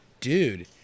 dude